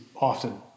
often